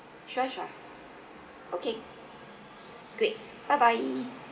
sure sure okay great bye bye